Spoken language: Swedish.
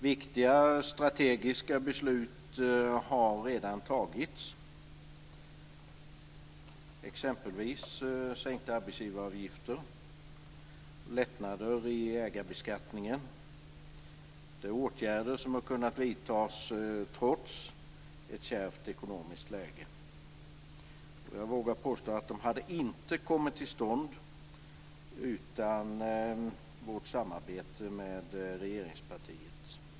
Viktiga strategiska beslut har redan fattats, exempelvis sänkta arbetsgivaravgifter och lättnader i ägarbeskattningen. Det är åtgärder som har kunnat vidtas trots ett kärvt ekonomiskt läge. Jag vågar påstå att de inte hade kommit till stånd utan vårt samarbete med regeringspartiet.